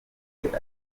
ariko